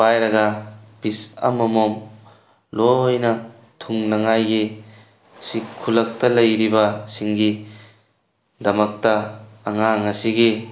ꯄꯥꯏꯔꯒ ꯄꯤꯁ ꯑꯃꯃꯝ ꯂꯣꯏꯅ ꯊꯨꯡꯅꯉꯥꯏꯒꯤ ꯁꯤ ꯈꯨꯜꯂꯛꯇ ꯂꯩꯔꯤꯕꯁꯤꯡꯒꯤ ꯗꯃꯛꯇ ꯑꯉꯥꯡ ꯑꯁꯤꯒꯤ